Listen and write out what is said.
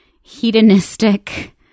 hedonistic